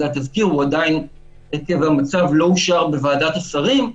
התזכיר עדיין עקב המצב לא אושר בוועדת השרים,